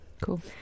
Cool